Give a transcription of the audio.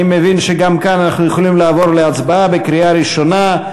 אני מבין שגם כאן אנחנו יכולים לעבור להצבעה בקריאה ראשונה.